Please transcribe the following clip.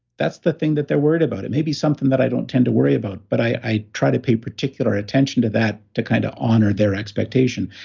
that's the thing that they're worried about. it maybe something that i don't tend to worry about, but i try to pay particular attention to that to kind of honor their expectation.